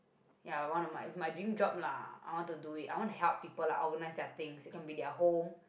ya one of my my dream job lah I want to do it I want to help people like organise their things it can be their home